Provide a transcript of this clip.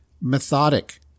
methodic